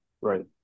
right